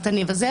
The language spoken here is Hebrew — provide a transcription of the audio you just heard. פרטני וזה,